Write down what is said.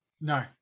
No